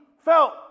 felt